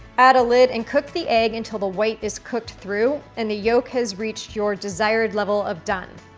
add a lid and cook the egg until the white is cooked through and the yolk has reached your desired level of done.